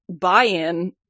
buy-in